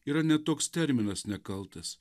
yra ne toks terminas nekaltas